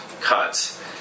cuts